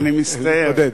אני מצטער,